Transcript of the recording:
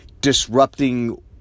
disrupting